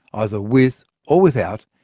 either with, or without,